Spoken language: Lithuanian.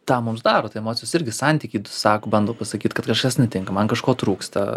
tą mums daro tai emocijos irgi santykiai sako bando pasakyt kad kažkas nutinka man kažko trūksta